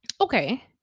okay